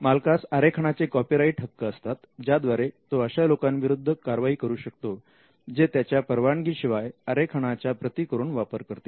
मालकास आरेखनाचे कॉपीराइट हक्क असतात ज्याद्वारे तो अशा लोकांविरुद्ध कारवाई करू शकतो जे त्याच्या परवानगीशिवाय आरेखनाच्या प्रती करून वापर करतील